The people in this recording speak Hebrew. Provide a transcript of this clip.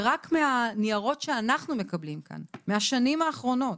ורק מהניירות שאנחנו מקבלים כאן, מהשנים האחרונות,